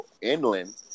inland